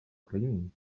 cleaning